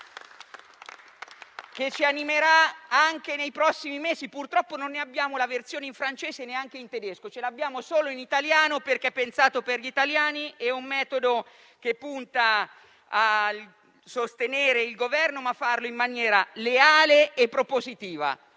che ci animerà anche nei prossimi mesi. Purtroppo, non abbiamo la versione in francese e neanche in tedesco. L'abbiamo solo in italiano, perché è pensato per gli italiani. È un metodo che punta a sostenere il Governo, ma a farlo in maniera leale e propositiva.